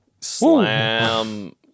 Slam